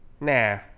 Nah